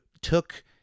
took